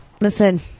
Listen